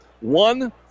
One